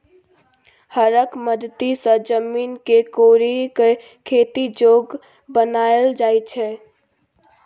हरक मदति सँ जमीन केँ कोरि कए खेती जोग बनाएल जाइ छै